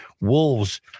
wolves